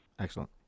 Excellent